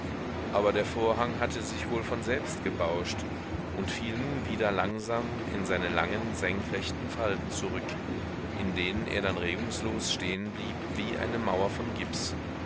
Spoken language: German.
aber der vorhang hatte sich wohl von selbst gebauscht und fiel nun wieder langsam in seine langen senkrechten falten zurück in denen er dann regungslos stehen blieb wie eine mauer von gips